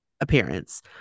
Appearance